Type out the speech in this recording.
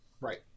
Right